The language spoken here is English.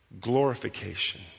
glorification